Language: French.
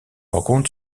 rencontre